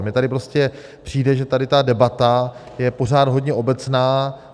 Mně tady prostě přijde, že tady ta debata je pořád hodně obecná.